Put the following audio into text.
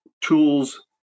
tools